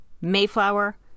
Mayflower